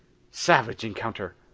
savage encounter.